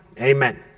amen